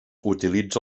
utilitza